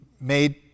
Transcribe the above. made